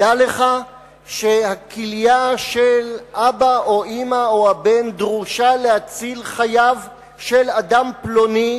דע לך שהכליה של אבא או אמא או הבן דרושה להצלת חייו של אדם פלוני,